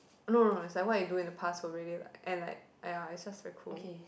no no no it's like what you do in the past will really like and like ya it's just very cool